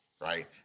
Right